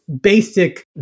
basic